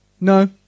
No